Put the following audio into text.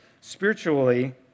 Spiritually